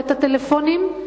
את הטלפונים,